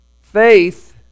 Faith